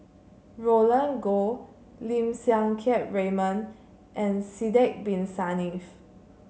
Roland Goh Lim Siang Keat Raymond and Sidek Bin Saniff